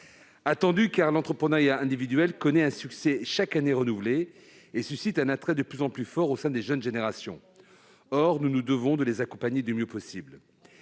Attendues, car l'entrepreneuriat individuel connaît un succès chaque année renouvelé et suscite un attrait de plus en plus fort au sein des jeunes générations. Or nous nous devons de les accompagner du mieux possible.